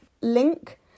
link